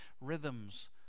rhythms